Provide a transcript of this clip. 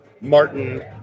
Martin